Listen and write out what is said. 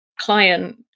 client